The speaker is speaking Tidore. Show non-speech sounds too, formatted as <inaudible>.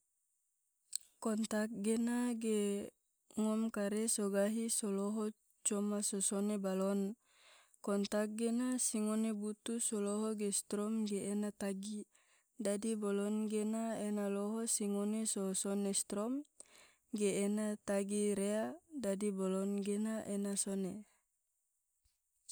<noise> kontak gena ge ngom kare so gahi so loho coma so sone balon. kontak gena si ngone butu so loho ge strom ge ena tagi dadi bolon gena ena loho si ngone so sone strom ge ena tagi rea dadi bolon gena ena sone. <noise>